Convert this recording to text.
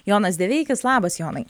jonas deveikis labas jonai